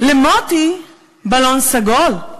למוטי בלון סגול,